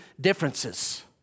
differences